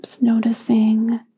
noticing